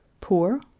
Poor